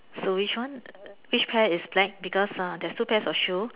so which one which pair is black because uh there's two pairs of shoe